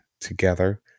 together